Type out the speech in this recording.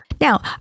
Now